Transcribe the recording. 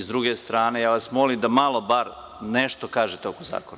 S druge strane, ja vas molim da malo bar nešto kažete oko zakona.